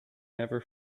never